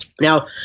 Now